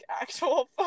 actual